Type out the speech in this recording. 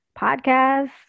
podcasts